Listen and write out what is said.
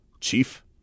Chief